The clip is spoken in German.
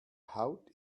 haut